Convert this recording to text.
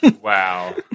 Wow